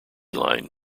line